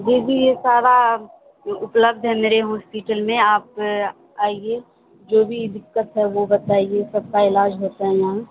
جی جی یہ سارا اپلبدھ ہے میرے ہاسپیٹل میں آپ آئیے جو بھی دقت ہے وہ بتائیے سب کا علاج ہوتا ہے یہاں